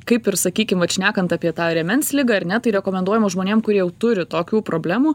kaip ir sakykim vat šnekant apie tą rėmens ligą ar ne tai rekomenduojama žmonėm kurie jau turi tokių problemų